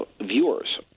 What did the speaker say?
viewers